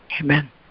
Amen